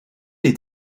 est